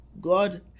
God